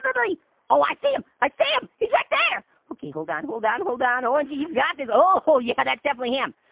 but yeah i see him! i see him, he's right there! okay, hold on, hold on, hold on. orangy, you got this. oh yeah, that's definitely him.